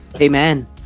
Amen